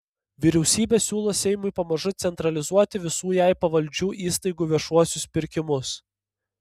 vyriausybė siūlo seimui pamažu centralizuoti visų jai pavaldžių įstaigų viešuosius pirkimus